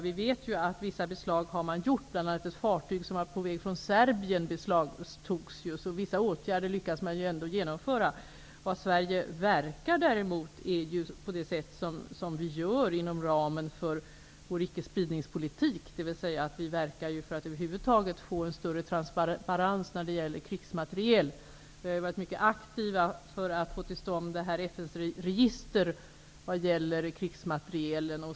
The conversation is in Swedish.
Vi vet att vissa beslag har gjorts, bl.a. Vissa åtgärder lyckas man ändå genomföra. Sverige verkar däremot inom ramen för vår ickespridningspolitik, dvs. vi verkar för att över huvud taget få en större transparens när det gäller krigsmateriel. Vi har varit mycket aktiva för att få till stånd FN:s register över krigsmaterielen.